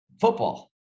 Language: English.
football